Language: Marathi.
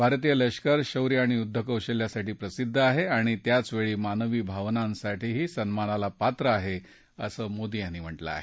भारतीय लष्कर शौर्य आणि युद्धकौशल्यासाठी प्रसिद्ध आहे आणि त्याचवेळी मानवी भावनांसाठीही सन्मानाला पात्र आहे असं मोदी यांनी म्हटलं आहे